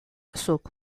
zuk